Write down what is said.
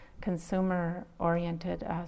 consumer-oriented